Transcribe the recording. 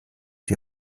die